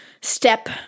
step